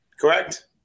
Correct